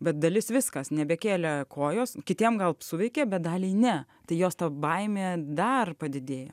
bet dalis viskas nebekėlė kojos kitiem gal suveikė bet daliai ne tai jos ta baimė dar padidėjo